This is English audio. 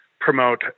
promote